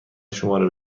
شماره